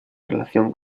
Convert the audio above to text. relación